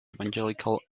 evangelical